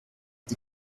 die